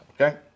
Okay